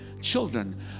Children